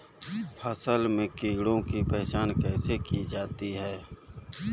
फसल में कीड़ों की पहचान कैसे की जाती है?